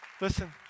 Listen